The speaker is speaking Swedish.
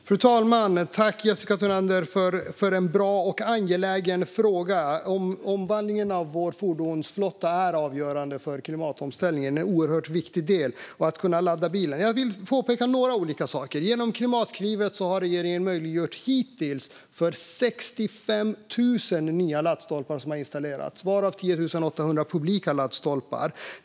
Fru talman! Tack, Jessica Thunander, för en bra och angelägen fråga! Omvandlingen av vår fordonsflotta är avgörande för klimatomställningen. Det är en oerhört viktig del, och man behöver kunna ladda bilen. Jag vill peka på några olika saker. Genom Klimatklivet har regeringen hittills möjliggjort att 65 000 nya laddstolpar har installerats. Av dem är 10 800 publika laddstolpar.